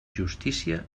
justícia